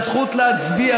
זאת הזכות להצביע,